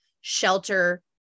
shelter